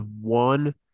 one